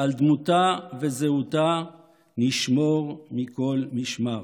שעל דמותה וזהותה נשמור מכל משמר.